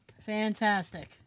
Fantastic